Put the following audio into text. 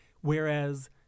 Whereas